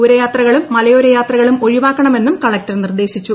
ദൂരയാത്രകളും മലയോര യാത്രകളും ഒഴിവാക്കണമെന്നും കളകൂർ നിർദേശിച്ചു